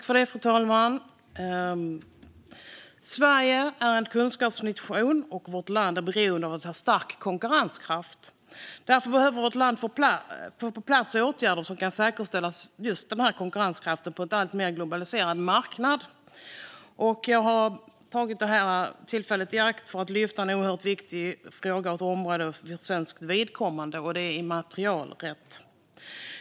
Fru talman! Sverige är en kunskapsnation. Vårt land är beroende av att ha en stark konkurrenskraft. Därför behöver vårt land få åtgärder på plats som kan säkerställa denna konkurrenskraft på en alltmer globaliserad marknad. Jag tar detta tillfälle i akt att lyfta fram en fråga som är oerhört viktig för svenskt vidkommande: immaterialrätten.